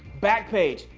backpage,